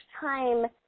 time –